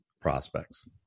prospects